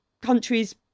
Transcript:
countries